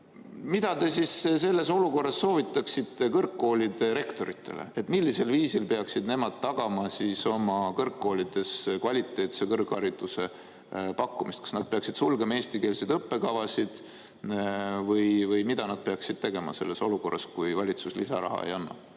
Mida te siis selles olukorras soovitaksite kõrgkoolide rektoritele, millisel viisil peaksid nemad tagama oma kõrgkoolides kvaliteetse kõrghariduse pakkumise? Kas nad peaksid sulgema eestikeelseid õppekavasid? Või mida nad peaksid tegema selles olukorras, kui valitsus lisaraha ei anna?